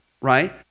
right